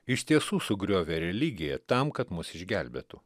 iš tiesų sugriovė religiją tam kad mus išgelbėtų